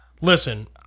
Listen